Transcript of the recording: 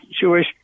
Jewish